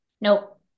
nope